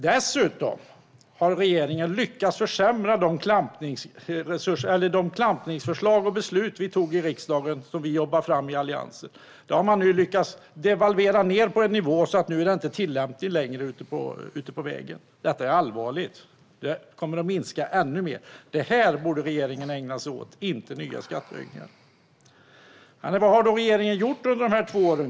Regeringen har dessutom lyckats försämra de klampningsbeslut som vi fattade i riksdagen och som vi i Alliansen jobbade fram. Det har man nu lyckats devalvera ned till en nivå som gör att det inte längre är tillämpligt ute på vägarna. Det är allvarligt, och det kommer att minska ännu mer. Detta borde regeringen ägna sig åt, inte nya skattehöjningar. Vad har då regeringen gjort under dessa två år?